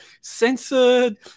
censored